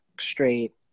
straight